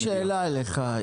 יש לי שאלה אליך.